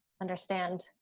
understand